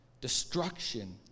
destruction